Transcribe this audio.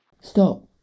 Stop